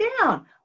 down